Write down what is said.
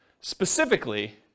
specifically